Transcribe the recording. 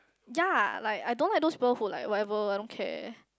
ya like I don't like those people who like whatever I don't care